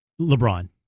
LeBron